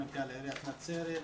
מנכ"ל עיריית נצרת,